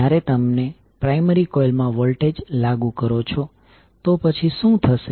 જ્યારે તમે primary coil માં વોલ્ટેજ લાગુ કરો છો તો પછી શું થશે